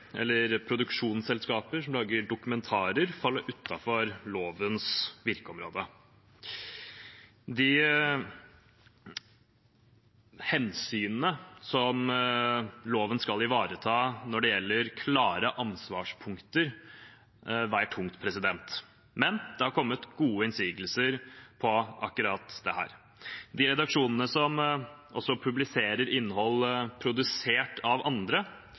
eller produksjonsselskaper som lager dokumentarer, falle utenfor lovens virkeområde. De hensynene som loven skal ivareta når det gjelder klare ansvarspunkter, veier tungt, men det har kommet gode innsigelser mot akkurat dette. De redaksjonene som også publiserer innhold produsert av andre,